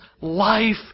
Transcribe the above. life